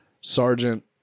Sergeant